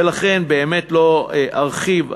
ולכן באמת לא ארחיב.